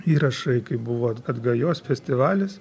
įrašai kaip buvo at atgajos festivalis